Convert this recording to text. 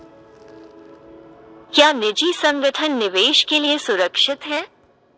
क्या निजी संगठन निवेश के लिए सुरक्षित हैं?